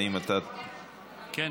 כן.